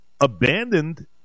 abandoned